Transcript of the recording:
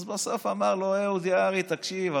אז בסוף אמר לו אהוד יערי: תקשיב,